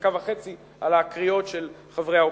דקה וחצי על הקריאות של חברי האופוזיציה.